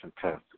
test